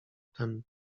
tem